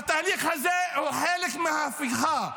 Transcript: והתהליך הזה הוא חלק מההפיכה.